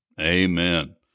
Amen